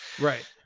right